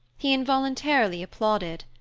he involuntarily applauded.